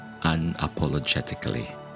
unapologetically